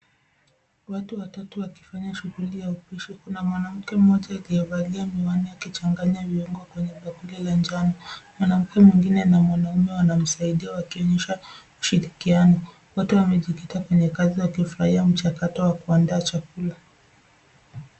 Watu watatu wakifanya shughuli ya upishi , kuna mwanamke mmoja aliyevalia miwani akichanganya mihogo kwenye bakuli la njano. Mwanamke mwingine ana wanaume wanamsaidia wakionyesha ushirikiano. Watu wamejikita kwenye kazi wakifurahi mchakato wa kuandaa chakula.